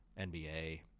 NBA